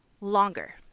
longer